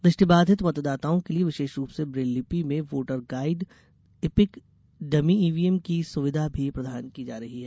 दृष्टि बाधित मतदाताओं के लिऐ विशेष रूप से ब्रेल लिपि में voter guide EPIC dummy EVM की सुविधा भी प्रदान की जा रही है